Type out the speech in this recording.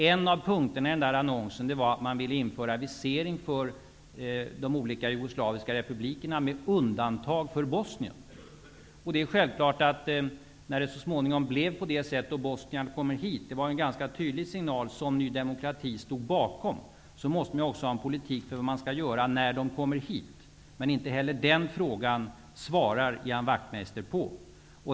En av punkterna i den annonsen var att man ville införa visering för de olika jugoslaviska republikerna, med undantag för Bosnien. När det så småningom blir på det sättet att bosnierna kommer hit -- det var en ganska tydlig signal som Ny demokrati stod bakom -- måste man också ha en politik för vad man skall göra då. Men inte heller den frågan svarar Ian Wachtmeister på.